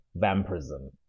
vampirism